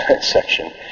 section